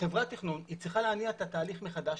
חברת התכנון צריכה להניע את התהליך מחדש,